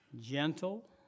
Gentle